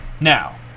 Now